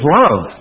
love